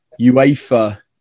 UEFA